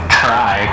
try